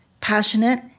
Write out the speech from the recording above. passionate